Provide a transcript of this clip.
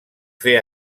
fer